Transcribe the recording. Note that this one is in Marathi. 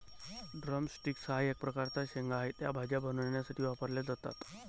ड्रम स्टिक्स हा एक प्रकारचा शेंगा आहे, त्या भाज्या बनवण्यासाठी वापरल्या जातात